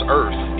earth